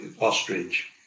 Ostrich